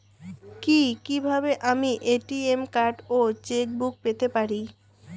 কি কিভাবে আমি এ.টি.এম কার্ড ও চেক বুক পেতে পারি?